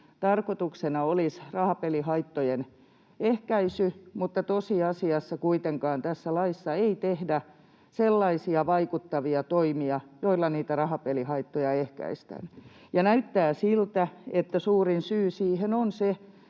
tarkoituksena olisi rahapelihaittojen ehkäisy, mutta tosiasiassa kuitenkaan tässä laissa ei tehdä sellaisia vaikuttavia toimia, joilla niitä rahapelihaittoja ehkäistään. Näyttää siltä, että suurin syy siihen on se,